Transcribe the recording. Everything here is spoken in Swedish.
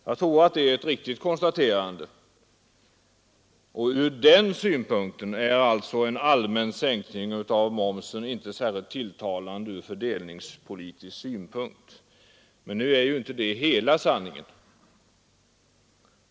Jag tror att det är ett riktigt konstaterande. Ur denna fördelningspolitiska synpunkt är alltså en allmän sänkning av momsen inte särskilt tilltalande. Men nu är ju inte detta hela sanningen.